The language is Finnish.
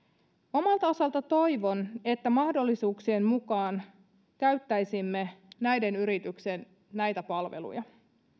omalta osaltani toivon että mahdollisuuksien mukaan käyttäisimme näiden yrityksien näitä palveluja